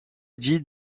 dit